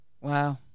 Wow